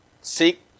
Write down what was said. seek